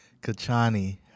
Kachani